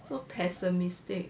so pessimistic